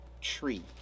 tree